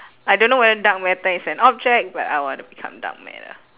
I don't know whether dark matter is an object but I want to become dark matter